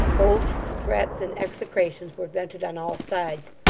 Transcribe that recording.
oaths, threats, and execrations, were vented on all sides.